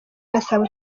gasabo